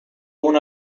uno